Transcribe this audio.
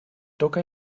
toca